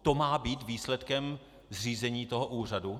To má být výsledkem zřízení toho úřadu?